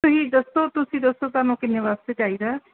ਤੁਸੀਂ ਦੱਸੋ ਤੁਸੀਂ ਦੱਸੋ ਤੁਹਾਨੂੰ ਕਿੰਨੇ ਵਾਸਤੇ ਚਾਹੀਦਾ